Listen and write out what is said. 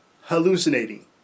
hallucinating